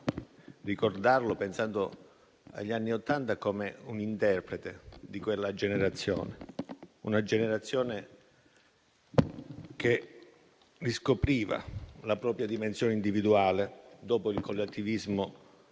ricordarlo pensando agli anni Ottanta e al suo essere interprete di quella generazione; una generazione che riscopriva la propria dimensione individuale dopo il collettivismo, talvolta